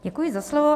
Děkuji za slovo.